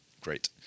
Great